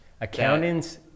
Accountants